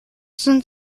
sind